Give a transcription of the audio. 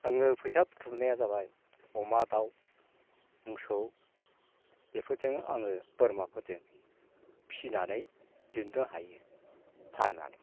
आङो फैसा बुथुमनाया जाबाय अमा दाउ मोसौ बेफोरजों आङो बोरमाफोरजों फिसिनानै दिहुननो हायो फाननानै